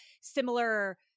similar